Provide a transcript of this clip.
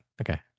okay